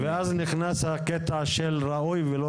אוקיי, ואז נכנס הקטע של ראוי ולא